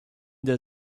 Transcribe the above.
der